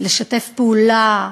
לשתף פעולה,